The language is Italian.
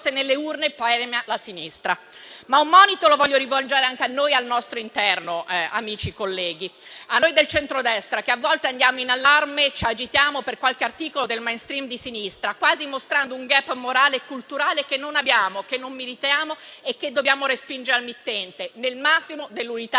se nelle urne poi regna la sinistra. Un monito lo voglio rivolgere anche al nostro interno, a noi amici e colleghi del centrodestra, che a volte andiamo in allarme e ci agitiamo per qualche articolo del *mainstream* di sinistra, quasi mostrando un *gap* morale e culturale che non abbiamo, che non meritiamo e che dobbiamo respingere al mittente, nel massimo dell'unità